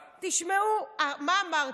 תשמעו, מה אמרתי?